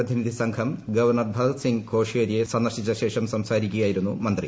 പ്രതിനിധി സംഘം ഗവർണർ ഭഗത് സിംഗ് കോഷ്യാരിയെ സന്ദർശിച്ച ശേഷം സംസാരിക്കുകയായിരുന്നു മന്ത്രി